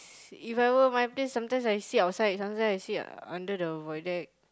If I were my place sometimes I sit outside sometimes I sit under the void deck